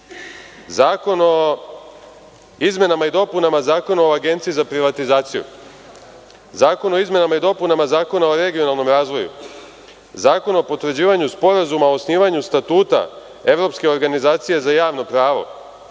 Zakon o izmenama i dopunama Zakona o Agenciji za privatizaciju, Zakon o izmenama i dopunama Zakona o regionalnom razvoju, Zakon o potvrđivanju sporazuma o osnovanju Statuta Evropske organizacije za javno pravo,